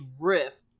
rift